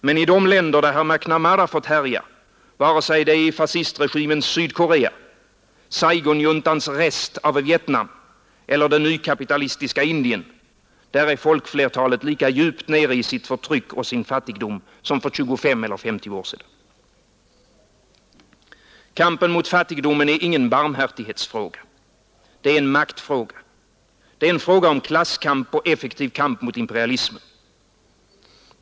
Men i de länder där herr McNamara fått härja, antingen det är fascistregimens Sydkorea, Saigonjuntans rest av Vietnam eller det nykapitalistiska Indien, är folkflertalet lika djupt nere i förtryck och fattigdom som för 25 eller 50 år sedan. Kampen mot fattigdomen är ingen barmhärtighetsfråga. Det är en maktfråga. Det är en fråga om klasskamp och effektiv kamp mot imperialismen.